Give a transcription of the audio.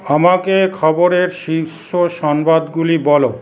আমাকে খবরের শীর্ষ সংবাদগুলি বলো